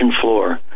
floor